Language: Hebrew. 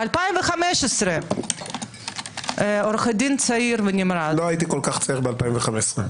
ב-2015 עו"ד צעיר ונמרץ- -- לא הייתי כל כך צעיר ב-2015.